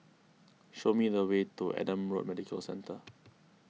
show me the way to Adam Road Medical Centre